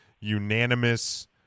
unanimous